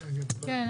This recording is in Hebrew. כן.